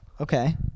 Okay